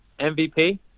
MVP